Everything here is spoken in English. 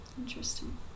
Interesting